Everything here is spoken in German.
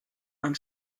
man